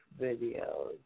videos